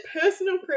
personal